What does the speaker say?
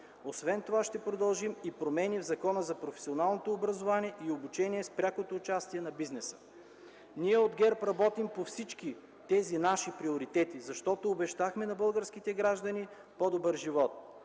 Освен това ще продължим и с промени в Закона за професионалното образование и обучение с прякото участие на бизнеса. Ние от ГЕРБ работим по всички тези наши приоритети, защото обещахме на българските граждани по-добър живот.